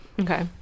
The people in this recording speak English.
Okay